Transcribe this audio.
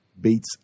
Beats